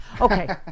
Okay